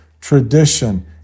tradition